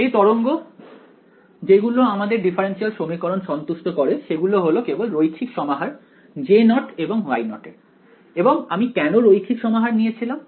এই তরঙ্গ যে গুলো আমাদের ডিফারেন্সিয়াল সমীকরণ সন্তুষ্ট করে সেগুলো হলো কেবল রৈখিক সমাহার J নট এবং Y নট এর এবং আমি কেন রৈখিক সমাহার নিয়েছিলাম